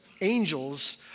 angels